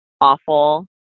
awful